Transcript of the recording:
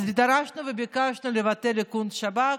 אז דרשנו וביקשנו לבטל את איכון השב"כ,